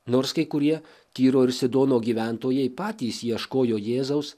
nors kai kurie tyro ir sidono gyventojai patys ieškojo jėzaus